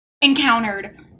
encountered